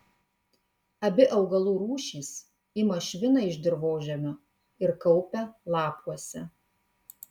abi augalų rūšys ima šviną iš dirvožemio ir kaupia lapuose